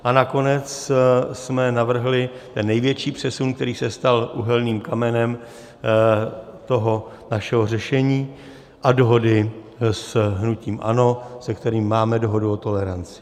A nakonec jsme navrhli největší přesun, který se stal úhelným kamenem našeho řešení a dohody s hnutím ANO, se kterým máme dohodu o toleranci.